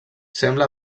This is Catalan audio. sembla